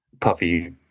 puffy